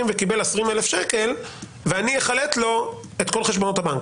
וקיבל 20,000 שקלים אני אחלט לו את כל חשבונות הבנק